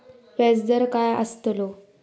व्याज दर काय आस्तलो?